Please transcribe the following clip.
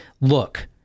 Look